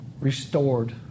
restored